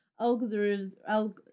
algorithms